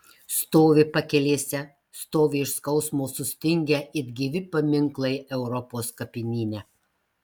stovi pakelėse stovi iš skausmo sustingę it gyvi paminklai europos kapinyne